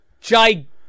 gigantic